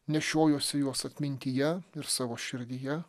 nešiojuosi juos atmintyje ir savo širdyje